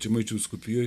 žemaičių vyskupijoj